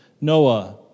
Noah